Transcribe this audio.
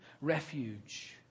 refuge